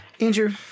Andrew